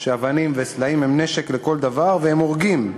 שאבנים וסלעים הם נשק לכל דבר, והם הורגים.